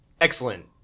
Excellent